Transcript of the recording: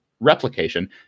replication